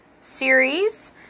series